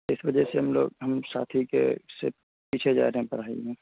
اس وجہ سے ہم لوگ ہم ساتھی کے سے پیچھے جا رہے ہیں پڑھائی میں